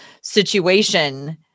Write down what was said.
situation